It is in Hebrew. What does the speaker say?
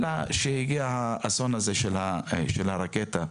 אלא כשהגיע האסון הזה של הרקטה.